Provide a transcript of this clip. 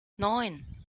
neun